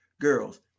girls